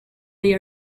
they